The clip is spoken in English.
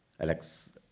Alex